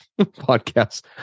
podcasts